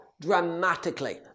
dramatically